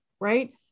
Right